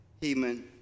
Heman